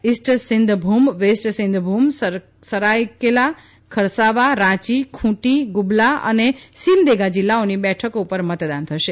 east Singhbhum west Singhbhum Saraikela Kharsawan Ranchi Khunti Gumla અને સીમદેગા જીલ્લાઓની બેઠકો પર મતદાન થશે